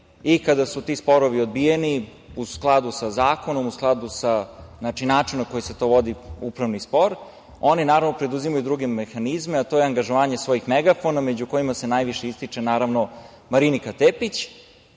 I kada su ti sporovi odbijeni u skladu sa zakonom, u skladu sa načinom na koji se vodi upravni spor, oni, naravno, preduzimaju druge mehanizme, a to je angažovanje svojih megafona, među kojima se najviše ističe, naravno, Marinika Tepić,